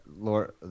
Lord